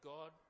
God